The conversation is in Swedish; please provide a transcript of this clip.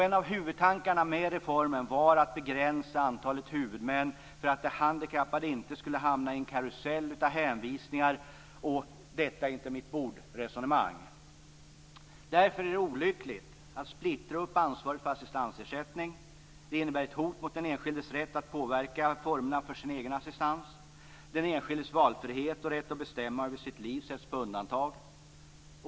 En av huvudtankarna med reformen var att begränsa antalet huvudmän för att de handikappade inte skulle hamna i en karusell av hänvisningar och detta-är-inte-mittbord-resonemang. Därför är det olyckligt att splittra upp ansvaret för assistansersättningen. Det innebär ett hot mot den enskildes rätt att påverka formerna för sin egen assistans. Den enskildes valfrihet och rätt att bestämma över sitt liv sätts på undantag.